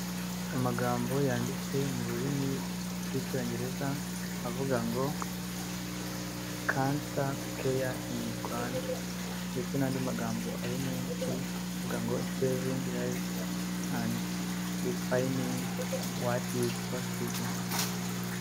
Amagambo yanditse mu rurimi rw'icyongereza avuga ngo cancer care in Rwanda ndetse n'andi magambo ari munsi avuga ngo saving lives and redefining what’s possible.